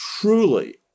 Truly